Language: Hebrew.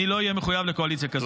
לא אהיה מחויב לקואליציה כזאת.